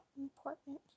important